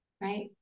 right